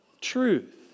truth